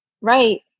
Right